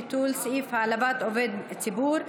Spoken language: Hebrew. ביטול סעיף העלבת עובד ציבור),